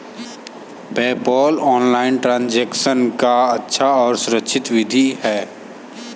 PayPal online transaction का अच्छा और सुरक्षित विधि है